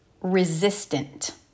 resistant